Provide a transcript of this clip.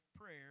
prayer